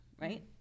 right